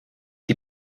die